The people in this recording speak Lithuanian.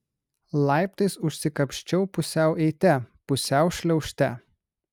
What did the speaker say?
laiptais užsikapsčiau pusiau eite pusiau šliaužte